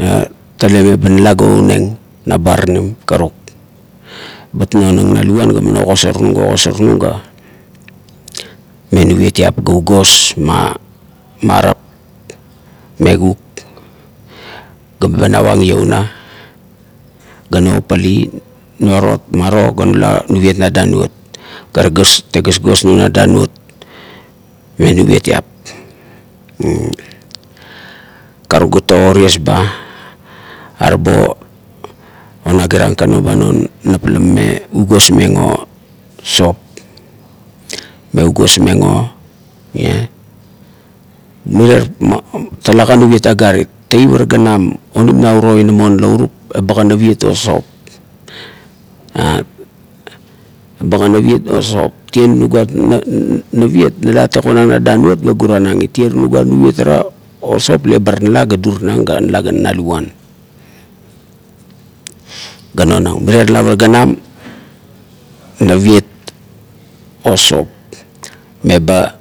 A tale ba nala ga ouneng na baranim karuk bet nonan na luguan ga man ogosarnung ga ogosarnung ga met nuvietiap ga ugos ma marap me kuk ga ba navang iona ga nopapali, nuarot maro ga nula nuviet na danuot, ga tie gosgos nuno na danuot me nucietiat. Karuk gat o ties ba, arabo onagirang ka noba non nap la mame ugosmeng o sop, me ugosmeng o mirie "ma" talakan nuviet agarit, teip ara ganam onim na uro inamon lairup, ebakan naviet o sop bagan naviet o sop, tie la nuguat naviet, nalat tegonang na danuot ga guranang it, tie nugua nuviet ara o sop, abar nala ga durinang ga nala gat na luguan ga nonang, mirie lap ara ganen naviet o sop meba